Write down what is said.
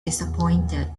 disappointed